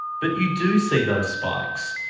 but you do see those spikes.